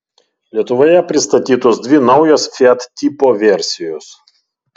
lietuvoje pristatytos dvi naujos fiat tipo versijos